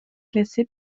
classé